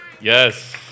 Yes